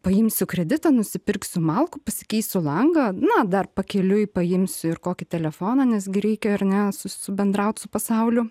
paimsiu kreditą nusipirksiu malkų pasikeisiu langą na dar pakeliui paimsiu ir kokį telefoną nes gi reikia ar ne su s bendraut su pasauliu